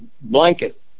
blanket